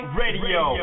radio